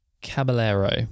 Caballero